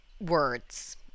words